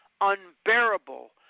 unbearable